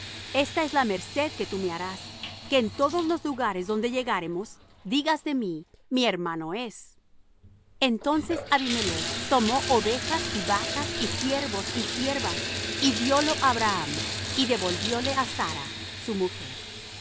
esta es la merced que tú me harás que en todos los lugares donde llegáremos digas de mí mi hermano es entonces abimelech tomó ovejas y vacas y siervos y siervas y diólo á abraham y devolvióle á sara su mujer